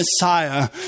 Messiah